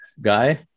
guy